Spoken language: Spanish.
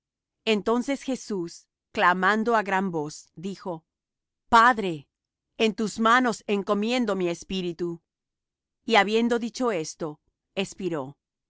entonces jesús clamando á gran voz dijo padre en tus manos encomiendo mi espíritu y habiendo dicho esto espiró